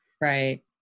Right